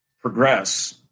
progress